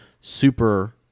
Super